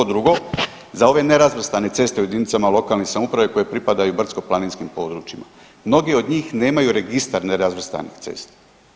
Drugo, za ove nerazvrstane ceste u jedinicama lokalne samouprave koje pripadaju brdsko-planinskim područjima, mnogi od njih nemaju Registar nerazvrstanih cesta.